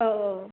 औ औ